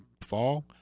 fall